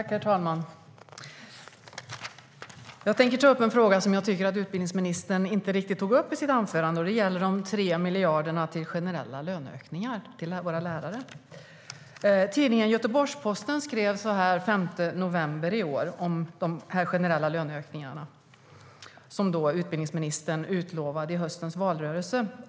Herr talman! Jag tänker ta upp en fråga som jag tycker att utbildningsministern inte riktigt tog upp i sitt anförande. Det gäller de 3 miljarderna till generella löneökningar till våra lärare. Tidningen Göteborgs-Posten skrev den 5 november i år om de generella löneökningarna som utbildningsministern utlovade i höstens valrörelse.